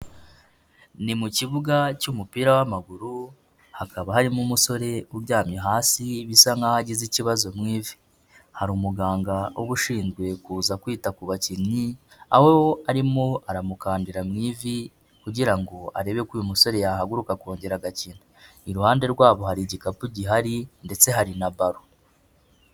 Ni mu kibuga cy'umupira w'amaguru, hakaba harimo umusore uryamye hasi bisa nk'aho agize ikibazo mu ivi. Hari umuganga uba ushinzwe kuza kwita ku bakinnyi, aho arimo aramukandira mu ivi kugira ngo arebe ko uyu musore yahaguruka ongera agakina. Iruhande rwabo hari igikapu gihari ndetse hari na baro.